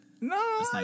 no